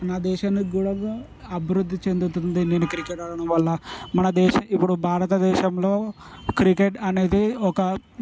నా దేశానికి కూడా అభివృద్ధి చెందుతుంది నేను క్రికెట్ ఆడటం వల్ల మన దేశం ఇప్పుడు భారతదేశంలో క్రికెట్ అనేది ఒక